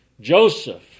Joseph